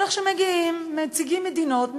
ומגיעים נציגי מדינות,